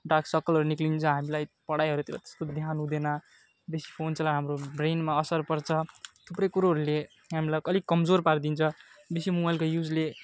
dark सर्कलहरू निक्लिन्छ हामीलाई पढाइहरूतिर त्यस्तो ध्यान हुँदैन बेसी फोन चलायो भने हाम्रो ब्रेनमा असर पर्छ थुप्रै कुरोहरूले हामीलाई अलिक कमजोर पारिदिन्छ बेसी मोबाइलको युजले